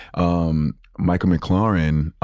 um michael maclaren,